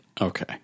Okay